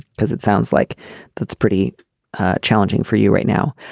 because it sounds like that's pretty challenging for you right now.